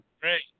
great